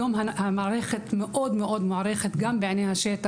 היום המערכת מאוד מאוד מוערכת גם בעיני השטח.